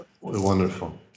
wonderful